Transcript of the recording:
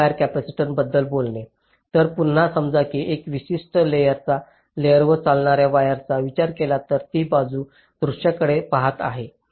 आता wire capacitance बद्दल बोलणे तर पुन्हा समजा मी एका विशिष्ट लेयरवर चालणाऱ्या वायरचा विचार केला तर मी बाजूच्या दृश्याकडे पहात आहे